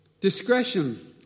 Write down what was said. discretion